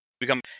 become